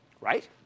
right